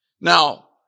Now